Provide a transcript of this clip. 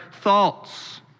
thoughts